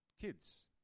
kids